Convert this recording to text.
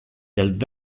del